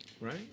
right